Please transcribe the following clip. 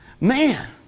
Man